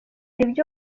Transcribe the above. ibyo